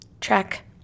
track